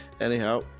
Anyhow